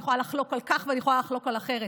אני יכולה לחלוק על כך, ואני יכול לחלוק על אחרת.